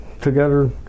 together